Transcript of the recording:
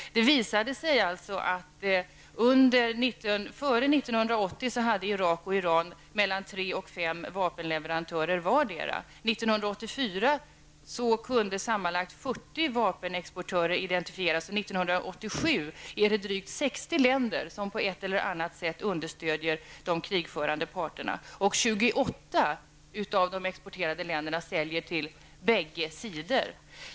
Det visade sig alltså att Irak och Iran före 1980 hade mellan tre och fem vapenleverantörer vartdera. 1984 kunde sammanlagt 40 vapenexportörer identifieras. År 1987 är det drygt 60 länder som på ett eller annat sätt understödjer de krigförande parterna. 28 av de exporterande länderna säljer till bägge sidorna.